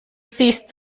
siehst